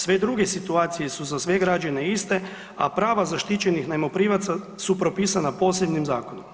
Sve druge situacije su za sve građane iste, a prava zaštićenih najmoprimaca su propisana posebnim zakonom.